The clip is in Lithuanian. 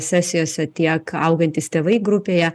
sesijose tiek augantys tėvai grupėje